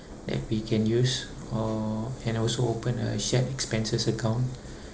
that we can use or and also open a shared expenses account